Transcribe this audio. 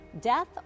death